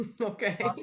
Okay